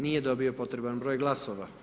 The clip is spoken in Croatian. Nije dobio potreban broj glasova.